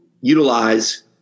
utilize